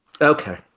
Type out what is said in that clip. Okay